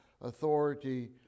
authority